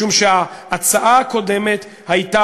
משום שההצעה הקודמת הייתה,